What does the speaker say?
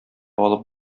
алып